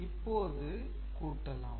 இப்போது கூட்டலாம்